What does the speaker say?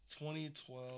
2012